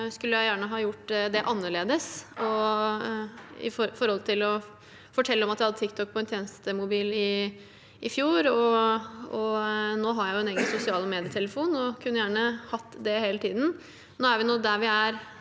skulle jeg gjerne ha gjort det annerledes – med hensyn til å fortelle om at jeg hadde TikTok på en tjenestemobil i fjor. Nå har jeg en egen sosiale mediertelefon og kunne gjerne hatt det hele tiden. Det er der vi er